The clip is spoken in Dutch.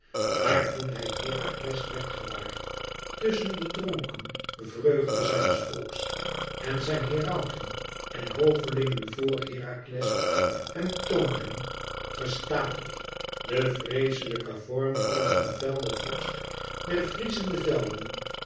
maar toen hij herakles werd gewaar tusschen de dronken vreugde zijns volks en zijn herauten en hovelingen vor herakles hem toonden gestapeld de vreeslijke vorm van den gevelden vorst der vriezende velden